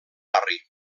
barri